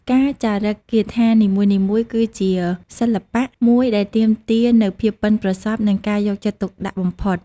ការចារិកគាថានីមួយៗគឺជាសិល្បៈមួយដែលទាមទារនូវភាពប៉ិនប្រសប់និងការយកចិត្តទុកដាក់បំផុត។